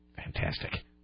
Fantastic